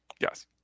yes